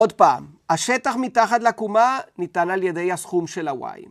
עוד פעם, השטח מתחת לעקומה ניתן על ידי הסכום של הוואי.